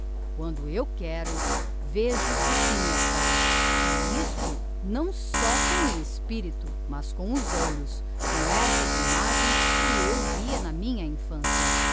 quando eu quero vejo o que me apraz e isto não só com o espirito mas com os olhos com essas imagens que eu via na minha infancia